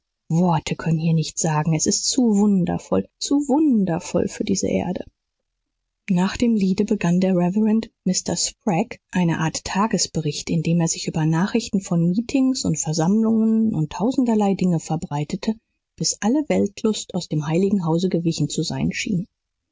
worte können hier nichts sagen es ist zu wundervoll zu wundervoll für diese erde nach dem liede begann der reverend mr sprague eine art tagesbericht indem er sich über nachrichten von meetings und versammlungen und tausenderlei dinge verbreitete bis alle weltlust aus dem heiligen hause gewichen zu sein schien